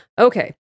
Okay